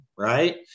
Right